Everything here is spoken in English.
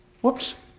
whoops